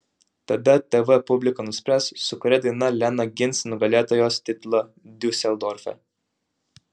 tada tv publika nuspręs su kuria daina lena gins nugalėtojos titulą diuseldorfe